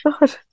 god